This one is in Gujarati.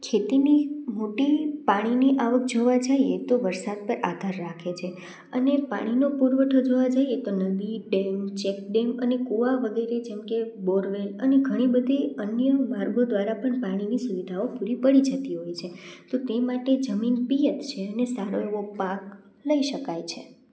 ખેતીની મોટી પાણીની આવક જોવા જઈએ તો વરસાદ પર આધાર રાખે છે અને પાણીનો પુરવઠો જોવા જઈએ તો નદી ડેમ ચેક ડેમ અને કુવા વગેરે જેમ કે બોરવેલ અને ઘણી બધી અન્ય માર્ગો દ્વારા પણ પાણીની સુવિધાઓ પૂરી પડી જતી હોય છે તો તે માટે જમીન પિયત છે અને સારો એવો પાક લઈ શકાય છે